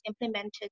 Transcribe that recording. implemented